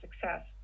success